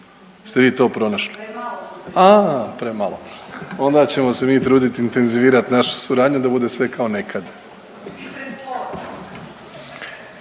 se ne razumije./… a,a premalo onda ćemo se mi trudi intenzivirat našu suradnju da bude sve kao nekad.